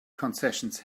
concessions